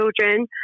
children